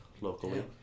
locally